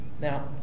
Now